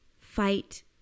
fight